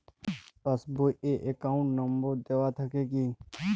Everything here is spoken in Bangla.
পাস বই এ অ্যাকাউন্ট নম্বর দেওয়া থাকে কি?